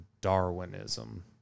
Darwinism